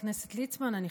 זה